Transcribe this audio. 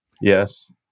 Yes